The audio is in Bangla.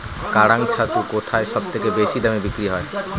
কাড়াং ছাতু কোথায় সবথেকে বেশি দামে বিক্রি হয়?